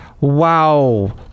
Wow